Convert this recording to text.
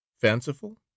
fanciful